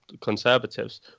Conservatives